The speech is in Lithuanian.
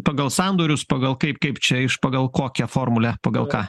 pagal sandorius pagal kaip kaip čia iš pagal kokią formulę pagal ką